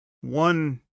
one